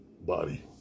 body